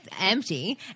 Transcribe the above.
empty